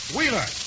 Wheeler